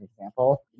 example